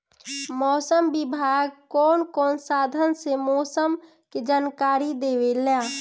मौसम विभाग कौन कौने साधन से मोसम के जानकारी देवेला?